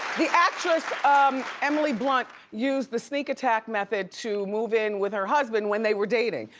the actress um emily blunt used the sneak attack method to move in with her husband when they were dating.